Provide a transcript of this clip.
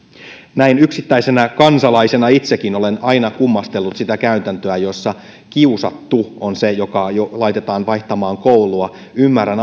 näin yksittäisenä kansalaisena itsekin olen aina kummastellut sitä käytäntöä jossa kiusattu on se joka laitetaan vaihtamaan koulua ymmärrän